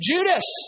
Judas